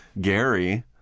Gary